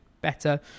better